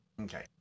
Okay